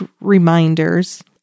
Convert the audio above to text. reminders